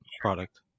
product